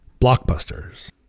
blockbusters